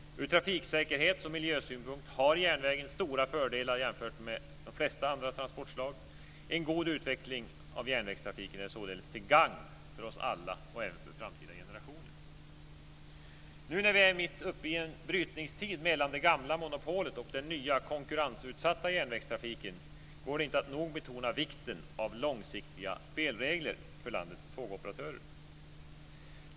Ur trafiksäkerhets och miljösynpunkt har järnvägen stora fördelar jämfört med de flesta andra transportslag. En god utveckling av järnvägstrafiken är således till gagn för oss alla och även för framtida generationer. Nu när vi är mitt uppe i en brytningstid mellan det gamla monopolet och den nya konkurrensutsatta järnvägstrafiken går det inte att nog betona vikten av långsiktiga spelregler för landets tågoperatörer.